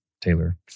Taylor